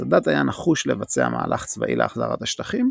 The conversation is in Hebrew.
סאדאת היה נחוש לבצע מהלך צבאי להחזרת השטחים,